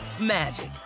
magic